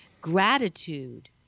gratitude